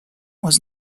was